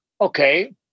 okay